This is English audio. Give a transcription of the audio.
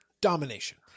Domination